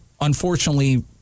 unfortunately